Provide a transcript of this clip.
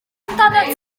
amdanat